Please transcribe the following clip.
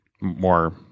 more